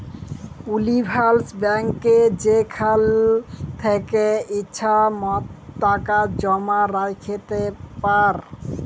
universal ব্যাংকে যেখাল থ্যাকে ইছা টাকা জমা রাইখতে পার